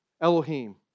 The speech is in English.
Elohim